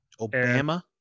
obama